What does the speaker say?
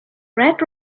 red